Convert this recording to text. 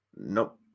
Nope